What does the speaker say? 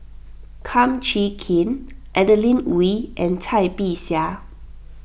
Kum Chee Kin Adeline Ooi and Cai Bixia